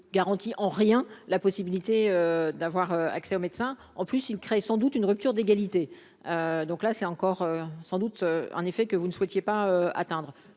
garantit en rien la possibilité d'avoir accès aux médecins, en plus, il crée sans doute une rupture d'égalité, donc là c'est encore sans doute en effet que vous ne souhaitiez pas atteindre,